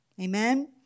Amen